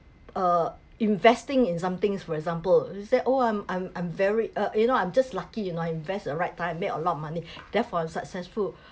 uh investing in some things for example is that oh I'm I'm I'm very uh you know I'm just lucky you know I invest a right made a lot of money therefore I'm successful